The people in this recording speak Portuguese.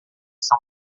são